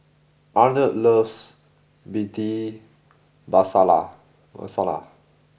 Arnold loves Bhindi Masala Masala